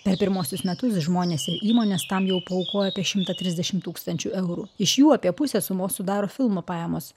per pirmuosius metus žmonės ir įmonės tam jau paaukojo apie šimtą trisdešimt tūkstančių eurų iš jų apie pusę sumos sudaro filmo pajamos